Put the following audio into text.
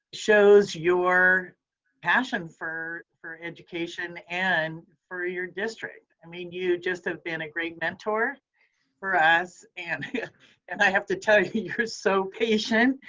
shows your passion for for education and for ah your district. i mean, you just have been a great mentor for us and yeah and i have to tell you you're so patient.